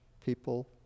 people